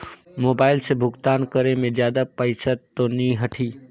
Mobile से भुगतान करे मे जादा पईसा तो नि कटही?